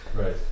Right